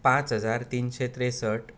पांच हजार तिनशे त्रेसट